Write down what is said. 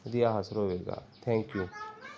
ਵਧੀਆ ਹਾਸਲ ਹੋਵੇਗਾ ਥੈਂਕ ਯੂ